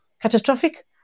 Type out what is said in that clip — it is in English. catastrophic